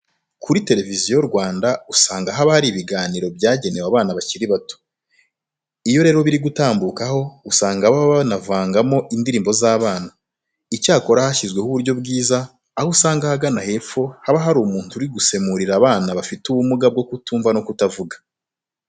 Kuri Televiziyo Rwanda usanga haba hari ibiganiro byagenewe abana bakiri bato. Iyo rero biri gutambukaho usanga baba banavangamo indirimbo z'abana. Icyakora hashyizweho uburyo bwiza, aho usanga ahagana hepfo haba hari umuntu uri gusemurira abana bafite ubumuga bwo kumva no kutavuga.